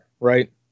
Right